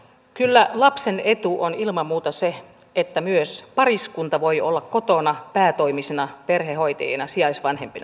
kyllä lapsen etu on ilman muuta se että myös pariskunta voi olla kotona päätoimisina perhehoitajina sijaisvanhempina